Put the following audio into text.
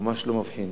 ממש לא מבחין.